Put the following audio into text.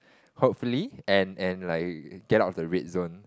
hopefully and and like get out of the red zone